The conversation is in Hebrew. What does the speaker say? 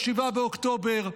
ב-7 באוקטובר,